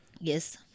Yes